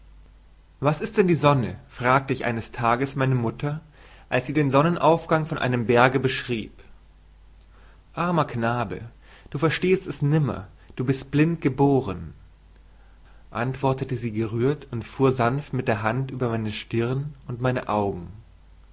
was ist denn die sonne fragte ich eines tages meine mutter als sie den sonnenaufgang von einem berge beschrieb armer knabe du verstehst es nimmer du bist blind geboren antwortete sie gerührt und fuhr sanft mit der hand über meine stirn und meine augen